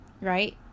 right